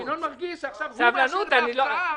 ינון מרגיש שעכשיו הוא מאשר את ההפקעה.